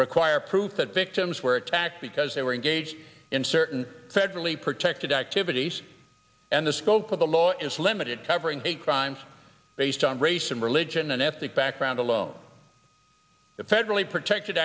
require proof that victims were attacked because they were engaged in certain federally protected activities and the scope of the law is limited covering hate crimes based on race and religion and ethnic background alone the federally protected